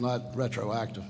not retroactive